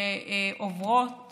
שעוברות